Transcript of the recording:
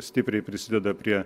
stipriai prisideda prie